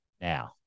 now